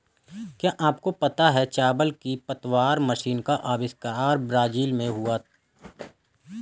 क्या आपको पता है चावल की पतवार मशीन का अविष्कार ब्राज़ील में हुआ